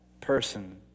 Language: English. person